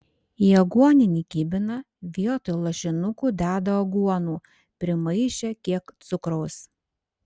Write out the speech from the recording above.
į aguoninį kibiną vietoj lašinukų deda aguonų primaišę kiek cukraus